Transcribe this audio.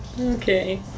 Okay